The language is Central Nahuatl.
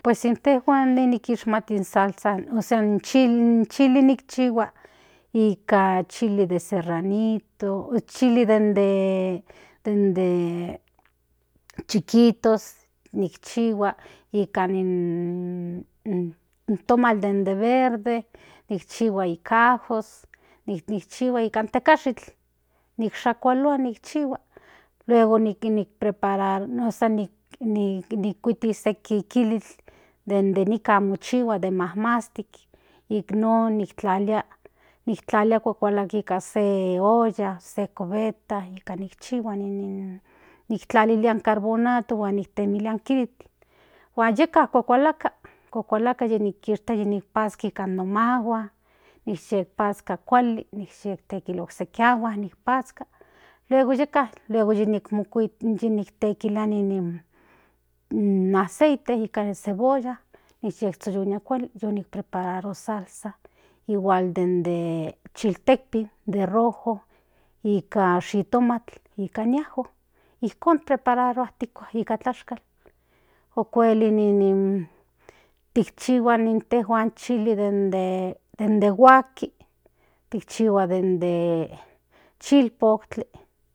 Pues intejuan ine nikishmati in salsa ósea in chili nikchihua ika chilide serranito chili dende chikitos nikchihua nikan in tomatl den de de verde nikchihua nika ajos nikchihua nika tecashikl nishakualua nikchihua luego nijki ni prepararua tinikuiti seki kilitl den de nikan kinchihua de mamastik non niktlalia kuakalaka nika se olla se cubeta nika nikchihua niktlalilia in carbonato huan tekilia in kilitl huan yeka kuakalaka yini kishtia nika no mahuan ni pazkal kuali okteki okseki agua huan nikpzka luego yeka yimokuiti yinikekilia in aceite nika cenbolla niyekstoyonia kuali prepararua salsa igual den de chiltekpin de rojo nika shitomatl nika ijkon prepararua nika tlashkal okuel ktikchihuan intejuan in chili den de huaski tikchihua den de chilpotli.